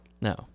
No